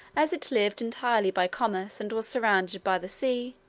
as it lived entirely by commerce, and was surrounded by the sea,